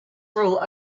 rule